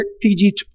PG